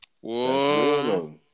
Whoa